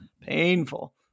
painful